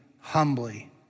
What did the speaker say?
humbly